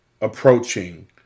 approaching